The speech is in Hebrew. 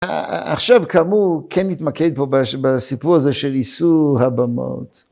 עכשיו כאמור כן נתמקד פה בסיפור הזה של איסור הבמות.